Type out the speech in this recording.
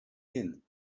hin